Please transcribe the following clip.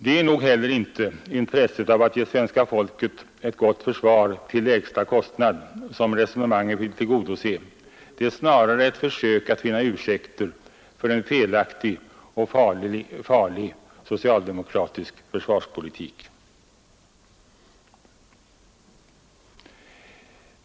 Det är nog heller inte intresset av att ge svenska folket ett gott försvar till lägsta kostnad som resonemanget vill tillgodose. Det är snarare ett försök att finna ursäkter för en felaktig och farlig socialdemokratisk försvarspolitik.